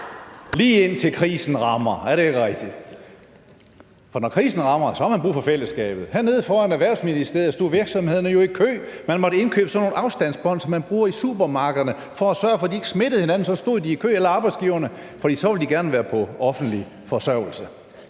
lige indtil krisen rammer. Er det ikke rigtigt? For når krisen rammer, har man brug for fællesskabet. Hernede foran Erhvervsministeriet stod virksomhederne jo i kø. Man måtte indkøbe sådan nogle afstandsbånd, som man bruger i supermarkederne, for at sørge for, at de ikke smittede hinanden. Så stod alle arbejdsgiverne i kø, for så ville de gerne være på offentlig forsørgelse.